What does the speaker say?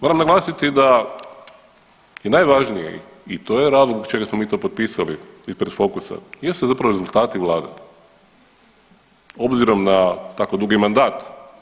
Moram naglasiti da je najvažniji i to je razlog zbog čega smo mi to potpisali ispred Fokusa jesu zapravo rezultati vlade obzirom na tako dugi mandat.